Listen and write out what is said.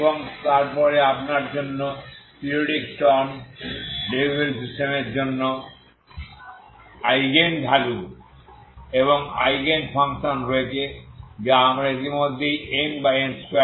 এবং তারপরে আপনার জন্য পিরিয়ডিক স্টর্ম লিউভিল সিস্টেমের জন্য আইগেন ভ্যালু এবং আইগেন ফাংশন রয়েছে যা আমরা ইতিমধ্যে n বা n2